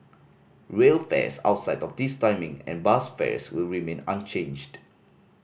rail fares outside of this timing and bus fares will remain unchanged